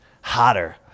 hotter